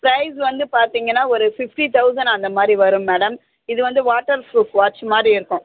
price வந்து பார்த்திங்கனா ஒரு ஃபிஃப்ட்டி தௌசண்ட் அந்தமாதிரி வரும் மேடம் இது வந்து வாட்டர் ப்ரூஃப் வாட்ச் மாதிரி இருக்கும்